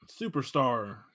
superstar